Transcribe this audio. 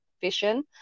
vision